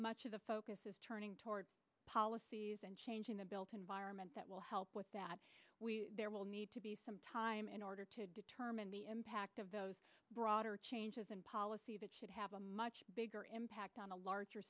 much of the focus is turning toward policies and changing the built environment that will help with that we there will need to be some time in order to determine the impact of those broader changes in policy a much bigger impact on a larger